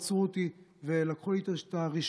עצרו אותי ולקחו לי את הרישיון,